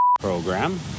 program